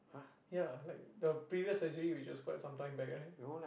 ya like the previous surgery which was quite some time back right